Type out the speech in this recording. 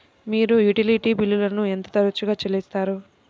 మీరు యుటిలిటీ బిల్లులను ఎంత తరచుగా చెల్లిస్తారు?